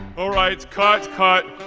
all right. cut, cut!